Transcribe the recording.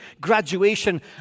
graduation